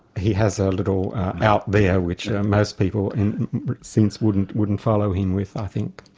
he has a little out there, which most people since wouldn't wouldn't follow him with i think.